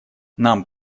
нам